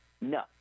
No